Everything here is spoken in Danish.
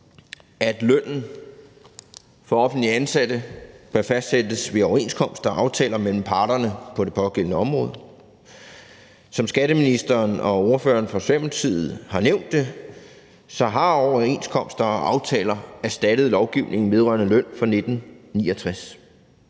at lønnen for offentligt ansatte bør fastsættes ved overenskomster og aftaler mellem parterne på det pågældende område. Som skatteministeren og ordføreren for Socialdemokratiet har nævnt det, har overenskomster og aftaler erstattet lovgivningen vedrørende løn siden 1969.